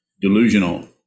delusional